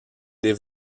des